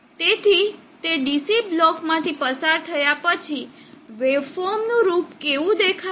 તેથી તે DC બ્લોકમાંથી પસાર થયા પછી વેવફોર્મનું રૂપ કેવું દેખાશે